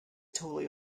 totally